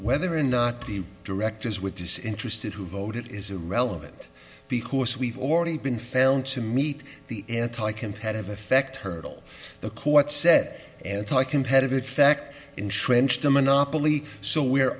whether or not the directors with disinterested who voted is irrelevant because we've already been found to me wait the anti competitive effect hurdle the court said anti competitive fact entrenched a monopoly so we're